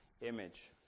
image